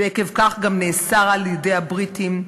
ועקב כך נאסר על-ידי הבריטים,